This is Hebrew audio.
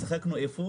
שיחקנו איפה?